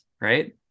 right